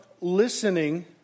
listening